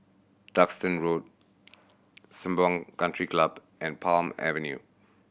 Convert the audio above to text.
Duxton Road Sembawang Country Club and Palm Avenue